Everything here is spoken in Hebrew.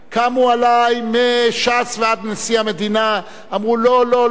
קמו עלי מש"ס ועד נשיא המדינה, אמרו, לא לא לא.